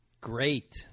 Great